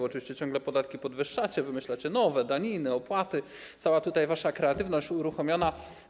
Oczywiście ciągle podatki podwyższacie, wymyślacie nowe, daniny, opłaty, cała wasza kreatywność jest uruchomiona.